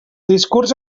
discurs